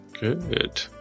Good